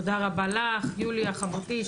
תודה רבה לך, יוליה חברתי.